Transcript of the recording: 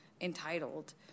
entitled